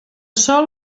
sol